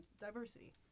diversity